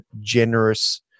generous